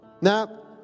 now